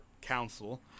Council